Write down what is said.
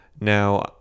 Now